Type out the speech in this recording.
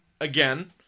again